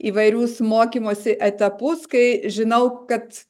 įvairius mokymosi etapus kai žinau kad